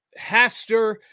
Haster